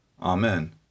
Amen